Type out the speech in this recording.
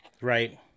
right